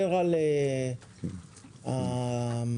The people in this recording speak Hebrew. נשאר כאן הקניין ושוויון ההזדמנויות.